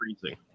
freezing